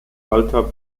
walter